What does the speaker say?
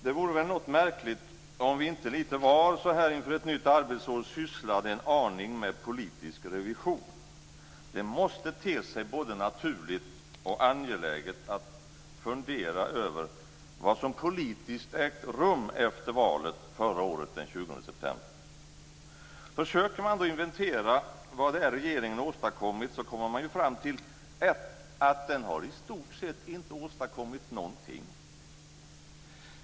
Det vore väl något märkligt om vi inte lite grann inför ett nytt arbetsår sysslade en aning med politisk revision. Det måste te sig både naturligt och angeläget att fundera över vad som ägt rum politiskt efter valet förra året den 20 september. Försöker man inventera vad regeringen har åstadkommit, kommer man fram till att den i stort sett inte har åstadkommit någonting.